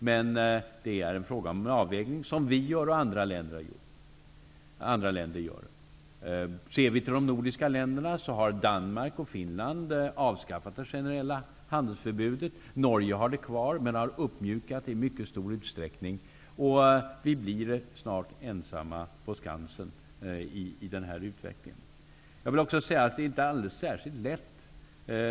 Men det är fråga om den avvägning som vi i Sverige gör, och som andra länder gör. Ser vi till de nordiska länderna har Danmark och Finland avskaffat det generella handelsförbudet. Norge har det kvar, men man har i mycket stor utsträckning uppmjukat det. Vi blir i den här utvecklingen snart ensamma på skansen.